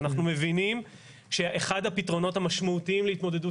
אנחנו מבינים שאחד הפתרונות המשמעותיים להתמודדות